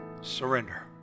Surrender